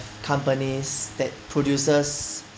companies that produces